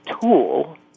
tool